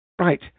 Right